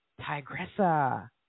Tigressa